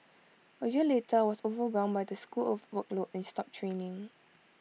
A year later I was overwhelmed by the school workload and stopped training